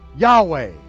yahweh,